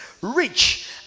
rich